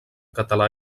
català